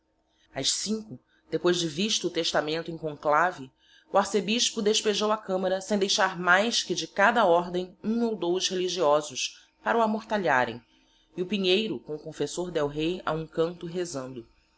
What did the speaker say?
ás cinco depois de visto o testamento em conclavi o arcebispo despejou a camara sem deixar mais que de cada ordem hum ou dous religiosos para o amortalharem e o pinheiro com o confessor del rei a hum canto rezando